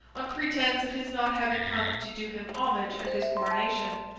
on pretence of his not having come to do him homage at his coronation.